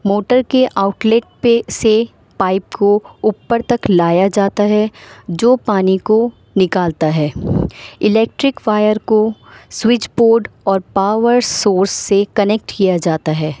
motor کے outlet پہ سے پائپ کو اوپر تک لایا جاتا ہے جو پانی کو نکالتا ہے الیکٹرک وائر کو سوئچ بورڈ اور پاور سورس سے کنیکٹ کیا جاتا ہے